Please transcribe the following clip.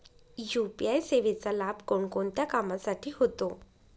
UPI सेवेचा लाभ कोणकोणत्या कामासाठी होतो?